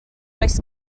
does